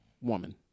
woman